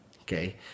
okay